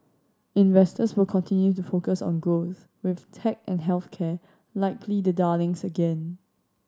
investors will continue to focus on growth with tech and health care likely the darlings again